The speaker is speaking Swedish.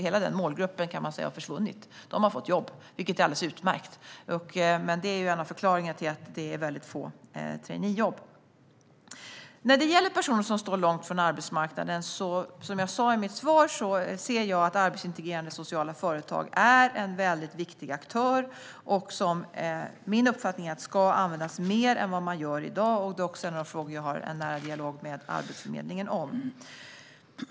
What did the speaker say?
Hela den målgruppen har förvunnit. De har fått jobb, vilket är alldeles utmärkt. Det är en av förklaringarna till att det är väldigt få traineejobb. När det gäller personer som står långt ifrån arbetsmarknaden ser jag, som jag sa i mitt svar, att arbetsintegrerande sociala företag är väldigt viktiga aktörer. Min uppfattning är att de ska användas mer än vad man gör i dag. Det är också en av de frågor som jag har en nära dialog med Arbetsförmedlingen om.